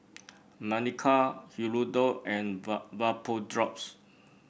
Manicare Hirudoid and Vapodrops